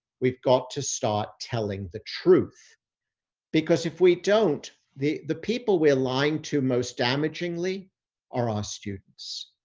we've got to start telling the truth because if we don't, the, the people we aligned to most damagingly are our students.